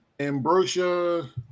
Ambrosia